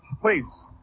please